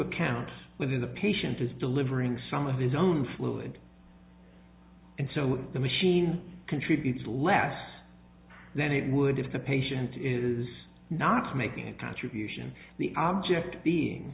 account when the patient is delivering some of his own fluid and so the machine contributes less than it would if the patient is not making a contribution the object being